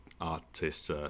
artists